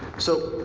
so,